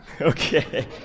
Okay